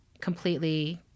completely